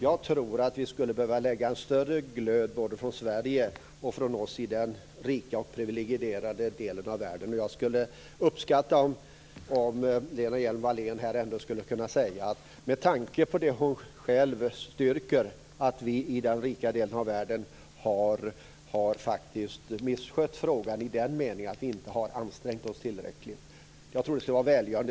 Jag tror att vi skulle behöva visa större glöd, både från Sverige och från oss i den rika och privilegierade världen över huvud taget. Jag skulle uppskatta om Lena Hjelm Wallén här ändå, med tanke på det hon själv styrker, skulle kunna säga att vi i den rika delen av världen faktiskt har misskött frågan i den meningen att vi inte har ansträngt oss tillräckligt. Jag tror att det skulle vara välgörande.